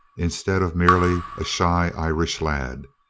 instead of merely a shy irish lad.